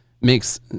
makes